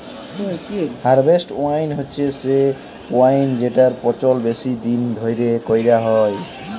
harvest wine হছে সে wine যেটর পচল বেশি দিল ধ্যইরে ক্যইরা হ্যয়